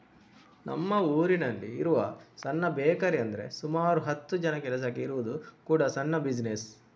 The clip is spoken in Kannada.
ನಮ್ಮ ಊರಿನಲ್ಲಿ ಇರುವ ಸಣ್ಣ ಬೇಕರಿ ಅಂದ್ರೆ ಸುಮಾರು ಹತ್ತು ಜನ ಕೆಲಸಕ್ಕೆ ಇರುವುದು ಕೂಡಾ ಸಣ್ಣ ಬಿಸಿನೆಸ್